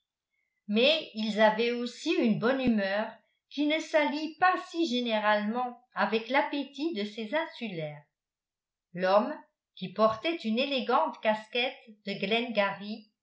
mais ils avaient aussi une bonne humeur qui ne s'allie pas si généralement avec l'appétit de ces insulaires l'homme qui portait une élégante casquette de